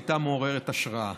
הייתה מעוררת השראה.